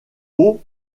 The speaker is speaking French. aux